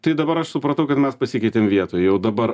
tai dabar aš supratau kad mes pasikeitėm vietom jau dabar